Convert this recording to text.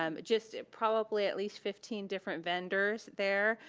um just probably at least fifteen different vendors there,